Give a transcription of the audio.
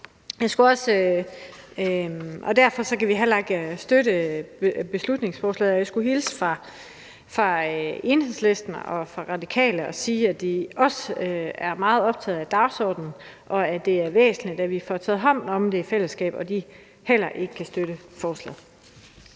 Derfor kan vi heller ikke støtte beslutningsforslaget. Jeg skulle hilse fra Enhedslisten og fra Radikale og sige, at de også er meget optaget af dagsordenen, og at det er væsentligt, at vi får taget hånd om det i fællesskab, men at de heller ikke kan støtte forslaget.